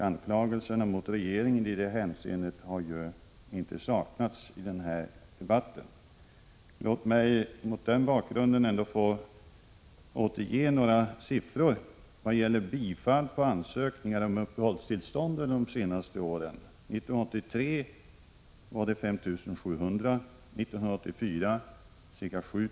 Anklagelser mot regeringen i detta hänseende har ju inte saknats i debatten. Låt mig mot den bakgrunden återge några siffror som gäller antalet bifallna ansökningar om uppehållstillstånd under de senaste åren. År 1983 bifölls 5 700 ansökningar. År 1984 var det ca 7 000.